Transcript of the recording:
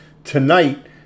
Tonight